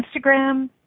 Instagram